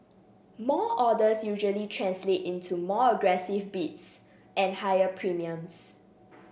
more orders usually translate into more aggressive bids and higher premiums